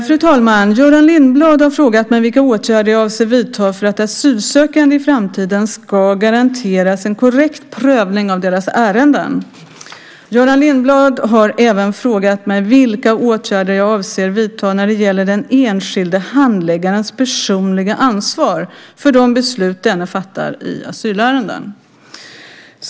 Fru talman! Göran Lindblad har frågat mig vilka åtgärder jag avser att vidta för att asylsökande i framtiden ska garanteras en korrekt prövning av deras ärenden. Göran Lindblad har även frågat mig vilka åtgärder jag avser att vidta när det gäller den enskilde handläggarens personliga ansvar för de beslut denne fattar i asylärenden.